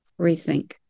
Rethink